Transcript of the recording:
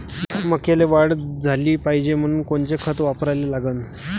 मक्याले वाढ झाली पाहिजे म्हनून कोनचे खतं वापराले लागन?